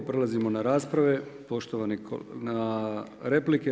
Prelazimo na rasprave, na replike.